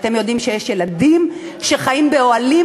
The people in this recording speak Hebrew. כשאתם יודעים שיש ילדים שחיים באוהלים,